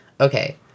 okay